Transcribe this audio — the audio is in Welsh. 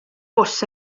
bws